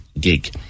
gig